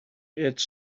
its